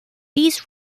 these